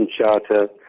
Charter